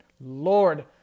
lord